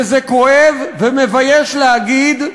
וזה כואב ומבייש להגיד,